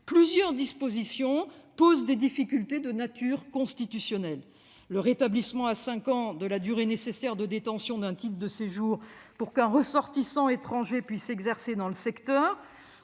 plusieurs dispositions posent des difficultés de nature constitutionnelle. Je pense au rétablissement à cinq ans de la durée nécessaire de détention d'un titre de séjour pour qu'un ressortissant étranger puisse exercer dans le secteur,